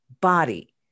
body